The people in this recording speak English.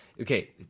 Okay